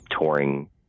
touring